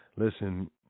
Listen